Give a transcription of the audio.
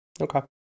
Okay